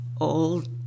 old